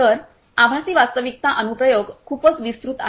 तर आभासी वास्तविकता अनु प्रयोग खूपच विस्तृत आहेत